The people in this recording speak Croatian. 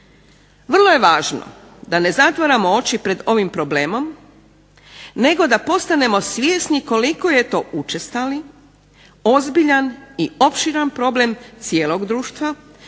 Vrlo je važno da ne zatvaramo oči nad ovim problemom nego da postanemo svjesni koliko je to učestali, ozbiljan i opširan problem cijelog društva